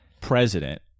president